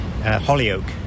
Hollyoak